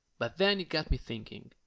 but then it got me thinking.